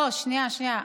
שנייה, שנייה.